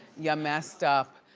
yeah messed up.